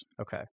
Okay